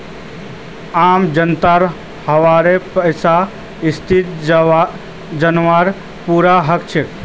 आम जनताक वहार पैसार स्थिति जनवार पूरा हक छेक